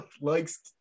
likes